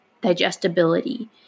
digestibility